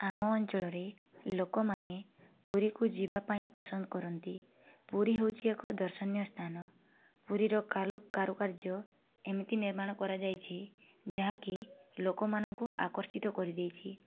ଆମ ଅଞ୍ଚଳରେ ଲୋକମାନେ ପୁରୀକୁ ଯିବା ପାଇଁ ପସନ୍ଦ କରନ୍ତି ପୁରୀ ହେଉଛି ଏକ ଦର୍ଶନୀୟ ସ୍ଥାନ ପୁରୀର କାଲୁ କାରୁକାର୍ଯ୍ୟ ଏମିତି ନିର୍ମାଣ କରାଯାଇଛି ଯାହାକି ଲୋକମାନଙ୍କୁ ଆକର୍ଶିତ କରିଦେଇଛି